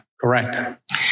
Correct